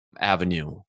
avenue